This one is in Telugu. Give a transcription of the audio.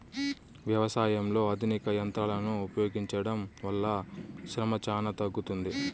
వ్యవసాయంలో ఆధునిక యంత్రాలను ఉపయోగించడం వల్ల శ్రమ చానా తగ్గుతుంది